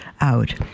out